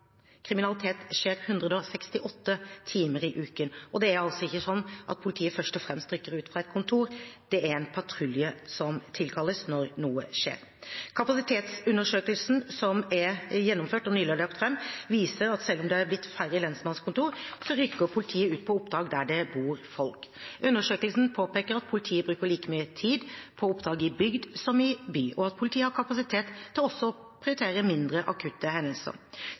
Kriminalitet skjer 168 timer i uken. Og det er altså ikke sånn at politiet først og fremst rykker ut fra et kontor; det er en patrulje som tilkalles når noe skjer. Kapasitetsundersøkelsen som er gjennomført, og som nylig er lagt fram, viser at selv om det er blitt færre lensmannskontor, rykker politiet ut på oppdrag der det bor folk. Undersøkelsen påpeker at politiet bruker like mye tid på oppdrag i bygd som i by, og at politiet har kapasitet til også å prioritere mindre akutte hendelser.